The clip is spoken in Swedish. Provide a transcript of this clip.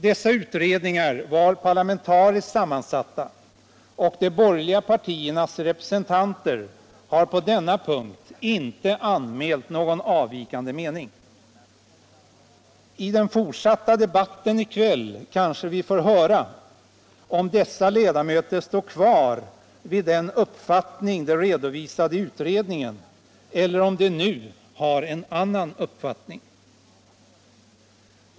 Dessa utredningar var parlamentariskt sammansatta, och de borgerliga partiernas representanter har på denna punkt inte anmält någon avvi kande mening. I den fortsatta debatten i kväll kanske vi får höra om dessa ledamöter står kvar vid den uppfattning de redovisade i utredningen eller om de nu har en annan uppfattning.